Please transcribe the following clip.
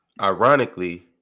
ironically